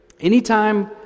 anytime